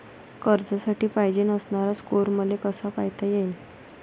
कर्जासाठी पायजेन असणारा स्कोर मले कसा पायता येईन?